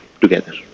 together